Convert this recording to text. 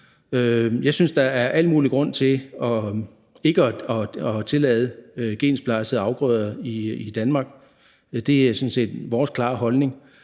Jeg synes, der er al mulig grund til ikke at tillade gensplejsede afgrøder i Danmark. Det er sådan set vores klare holdning,